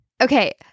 Okay